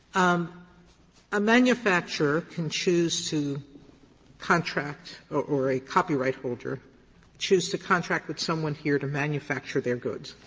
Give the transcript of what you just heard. um a manufacturer can choose to contract or or a copyright holder choose to contract with someone here to manufacture their goods.